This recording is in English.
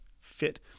fit